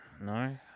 no